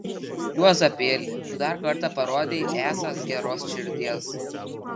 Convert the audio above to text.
juozapėli tu dar kartą parodei esąs geros širdies